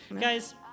guys